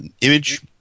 Image